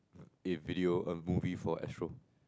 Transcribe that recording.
in video a movie for Astro